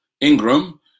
Ingram